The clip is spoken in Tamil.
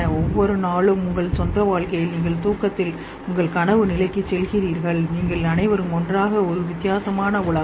ஒவ்வொரு நாளும் உங்கள் சொந்த வாழ்க்கையில் நீங்கள் தூக்கத்தில் உங்கள் கனவு நிலைக்குச் செல்கிறீர்கள் நீங்கள் அனைவரும் ஒன்றாக ஒரு வித்தியாசமான உலகம்